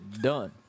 done